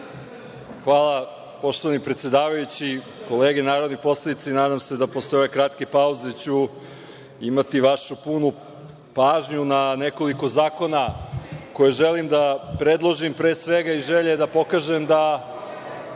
Hvala, poštovani predsedavajući. Kolege narodni poslanici, nadam se da posle ove kratke pauze ću imati vašu punu pažnju na nekoliko zakona koje želim da predložim, pre svega, iz želje da pokažem da